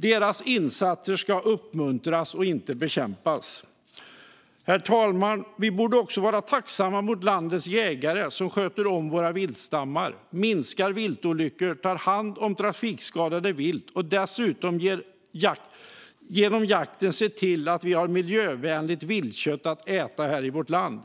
Deras insatser ska uppmuntras och inte bekämpas. Herr talman! Vi borde också vara tacksamma mot landets jägare, som sköter om våra viltstammar, minskar viltolyckor, tar hand om trafikskadat vilt och dessutom genom jakten ser till att vi har miljövänligt viltkött att äta här i vårt land.